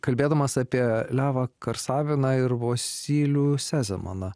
kalbėdamas apie levą karsaviną ir vosylių sezemaną